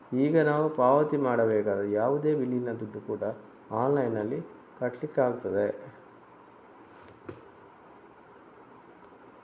ಈಗ ನಾವು ಪಾವತಿ ಮಾಡಬೇಕಾದ ಯಾವುದೇ ಬಿಲ್ಲಿನ ದುಡ್ಡು ಕೂಡಾ ಆನ್ಲೈನಿನಲ್ಲಿ ಕಟ್ಲಿಕ್ಕಾಗ್ತದೆ